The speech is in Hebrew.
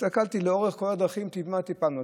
הסתכלתי לאורך כל הדרכים, במה טיפלנו.